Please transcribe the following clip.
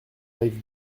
rive